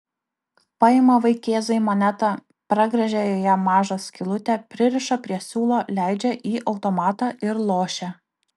paima vaikėzai monetą pragręžia joje mažą skylutę pririša prie siūlo leidžia į automatą ir lošia